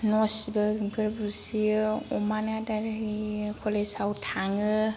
न' सिबो बेमफोर बुस्रियो अमानो आदार होयो कलेजाव थाङो